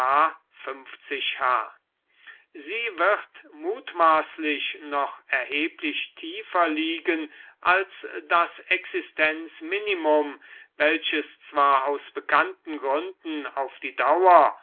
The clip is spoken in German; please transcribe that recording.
h sie wird mutmaßlich noch erheblich tiefer hegen als das existenzminimum welches zwar aus bekannten gründen auf die dauer